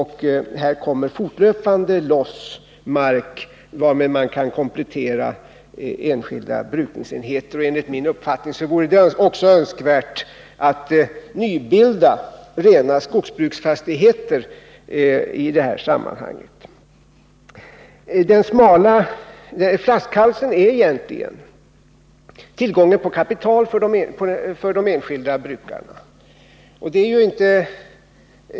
Här kommer det fortlöpande loss mark varmed man kan komplettera enskilda brukningsenheter, och enligt min uppfattning vore det i det sammanhanget också önskvärt att nybilda rena skogsbruksfastigheter. Flaskhalsen är egentligen svårigheten för de enskilda brukarna att få kapital.